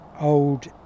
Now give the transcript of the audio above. old